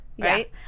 Right